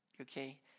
okay